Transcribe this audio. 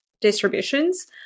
distributions